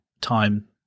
time